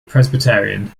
presbyterian